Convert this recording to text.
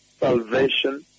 salvation